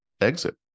exit